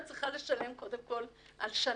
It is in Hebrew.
את צריכה לשלם קודם כל על שנה.